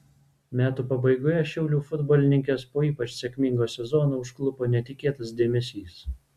metų pabaigoje šiaulių futbolininkes po ypač sėkmingo sezono užklupo netikėtas dėmesys